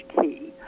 key